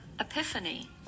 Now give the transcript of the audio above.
epiphany